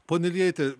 pone iljeiti